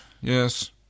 Yes